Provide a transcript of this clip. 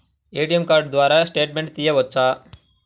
ATM card ద్వారా statement తీయవచ్చా?